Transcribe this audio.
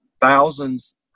thousands